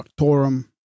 doctorum